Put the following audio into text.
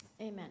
Amen